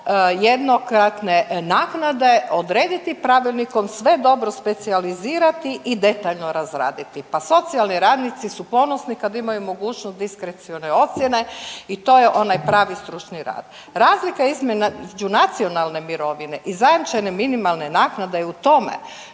jednokratne naknade odrediti pravilnikom sve dobro specijalizirati i detaljno razraditi. Pa socijalni radnici su ponosni kad imaju mogućnost diskrecione ocjene i to je onaj pravi stručni rad. Razlika između nacionalne mirovine i zajamčene minimalne naknade je u tome